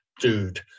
dude